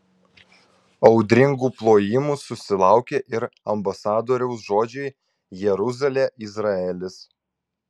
audringų plojimų susilaukė ir ambasadoriaus žodžiai jeruzalė izraelis